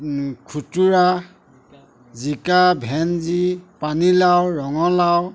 ও খুতুৰা জিকা ভেন্দী পানীলাও ৰঙালাও